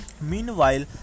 Meanwhile